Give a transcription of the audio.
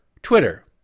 Twitter